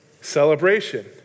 Celebration